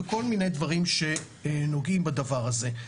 וכל מיני דברים שנוגעים בדבר הזה.